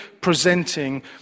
presenting